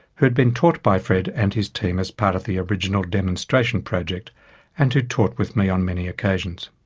who had been taught by fred and his team as part of the original demonstration project and who taught with me on many occasions.